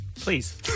Please